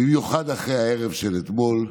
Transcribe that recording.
במיוחד אחרי הערב של אתמול,